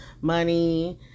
money